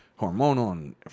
hormonal